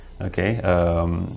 okay